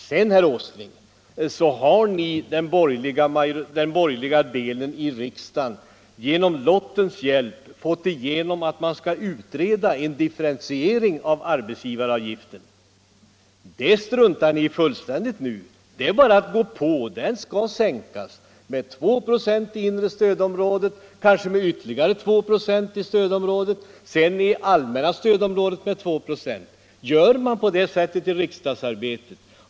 Sedan, herr Åsling, har den borgerliga delen i riksdagen med lottens hjälp fått igenom att frågan om en differentiering av arbetsgivaravgiften skall utredas. Det struntar ni i. Det är bara att gå på — arbetsgivaravgiften skall sänkas med 2 96 i inre stödområdet, sedan kanske med ytterligare 2 96 där, sedan i allmänna stödområdet med 2 926! Gör man på det'sättet i riksdagsarbetet?